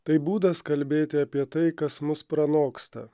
tai būdas kalbėti apie tai kas mus pranoksta